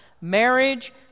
Marriage